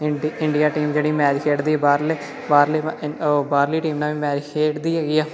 ਇੰਡ India team ਜਿਹੜੀ match ਖੇਡਦੀ ਬਾਹਰਲੇ ਬਾਹਰਲੇ ਅ ਬਾਹਰਲੀ ਟੀਮ ਨਾਲ ਵੀ ਮੈਚ ਖੇਡਦੀ ਹੈਗੀ ਆ